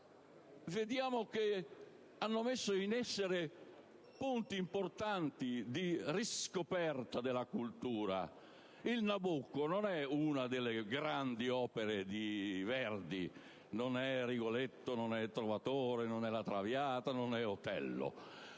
conto che hanno posto in essere punti importanti di riscoperta della cultura. Il «Nabucco» non è una delle grandi opere di Verdi; non è «Rigoletto», non è «Il Trovatore», non è «La Traviata» né «Otello»;